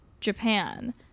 Japan